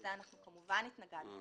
לזה אנחנו התנגדנו כמובן,